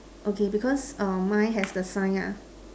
okay because err mine has the sign ah